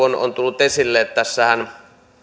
on on tullut esille että tässähän